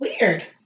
Weird